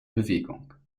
bewegung